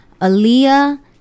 Aaliyah